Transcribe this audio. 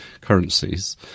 currencies